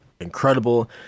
incredible